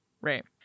Right